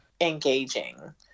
engaging